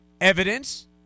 evidence